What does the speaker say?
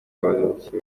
abakomeretse